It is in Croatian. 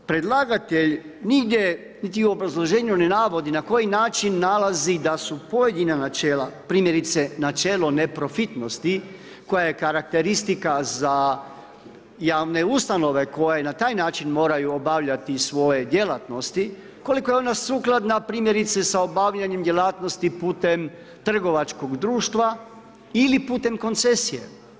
Predlagatelj nigdje niti u obrazloženju ne navodi na koji način nalazi da su pojedina načela, primjerice načelo neprofitnosti koja je karakteristika za javne ustanove koje na taj način moraju obavljati svoje djelatnosti, koliko je ona sukladna primjerice sa obavljanjem djelatnosti putem trgovačkog društva ili putem koncesije.